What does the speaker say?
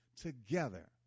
together